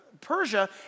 Persia